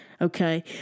Okay